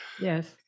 Yes